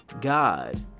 God